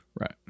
right